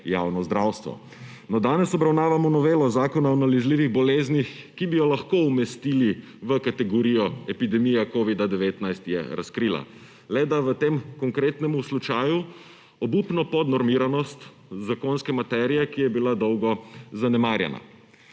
No, danes obravnavamo novelo Zakona o nalezljivih boleznih, ki bi jo lahko umestili v kategorijo, epidemija covida-19 je razkrila, le da v tem konkretnem slučaju obupno podnormiranost zakonske materije, ki je bila dolgo zanemarjena.